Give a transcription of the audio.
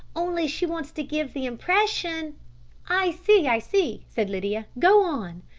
only she wants to give the impression i see, i see, said lydia. go on.